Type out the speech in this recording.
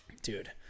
Dude